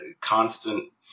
constant